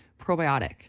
probiotic